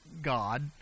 God